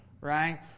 right